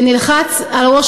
ונלחץ על ראש